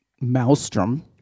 Maelstrom